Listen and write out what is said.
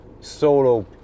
solo